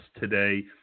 today